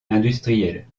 industriel